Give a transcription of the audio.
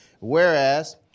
whereas